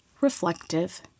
reflective